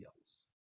else